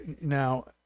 now